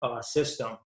system